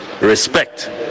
respect